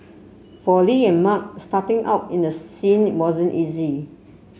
for Li and Mark starting out in the scene wasn't easy